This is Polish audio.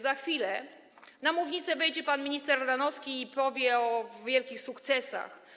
Za chwilę na mównicę wejdzie pan minister Ardanowski i powie o wielkich sukcesach.